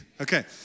Okay